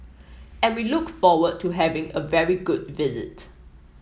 and we look forward to having a very good visit